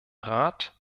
rat